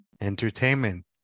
Entertainment